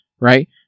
right